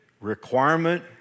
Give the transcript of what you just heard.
Requirement